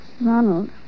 Ronald